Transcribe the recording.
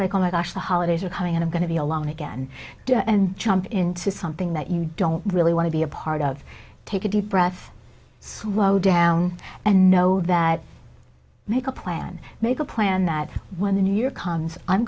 like oh my gosh the holidays are coming and i'm going to be alone again and jump into something that you don't really want to be a part of take a deep breath slow down and know that make a plan make a plan that when